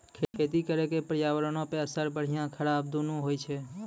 खेती करे के पर्यावरणो पे असर बढ़िया खराब दुनू होय छै